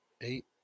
Eight